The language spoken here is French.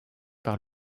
par